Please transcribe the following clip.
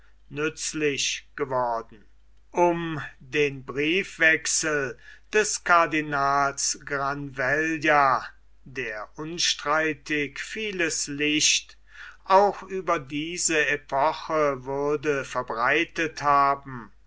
nützlich geworden um den briefwechsel des cardinals granvella der unstreitig vieles licht auch über diese epoche würde verbreitet haben